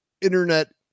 internet